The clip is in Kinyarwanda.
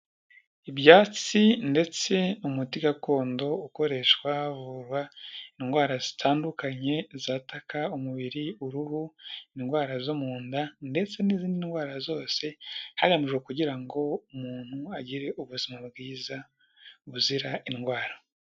Ibyatsi ndetse umuti gakondo ukoreshwa havurwa indwara zitandukanye zatakaka umubiri, uruhu, indwara zo mu nda ndetse n'izindi ndwara zose, hagamijwe kugira ngo umuntu agire ubuzima bwiza buzira indwara.